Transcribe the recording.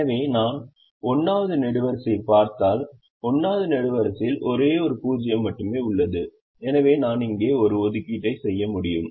எனவே நான் 1 வது நெடுவரிசையைப் பார்த்தால் 1 வது நெடுவரிசையில் ஒரே ஒரு 0 மட்டுமே உள்ளது எனவே நான் இங்கே ஒரு ஒதுக்கீட்டை செய்ய முடியும்